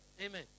amen